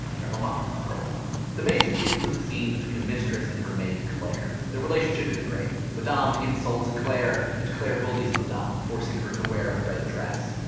grab a mop, thoughtbubble the maids begins with a scene between a mistress and her maid, claire. their relationship isn't great. madame insults claire, and claire bullies madame, forcing her to wear a red dress.